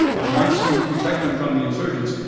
and once you protect them from the insurgents,